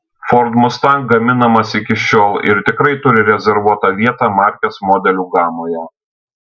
ford mustang gaminamas iki šiol ir tikrai turi rezervuotą vietą markės modelių gamoje